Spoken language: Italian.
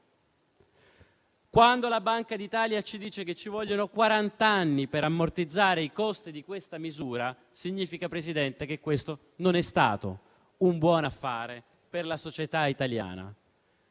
Quando la Banca d'Italia ci dice che ci vogliono quarant'anni per ammortizzare i costi di questa misura significa, signor Presidente, che questo non è stato un buon affare per la società italiana.